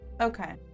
Okay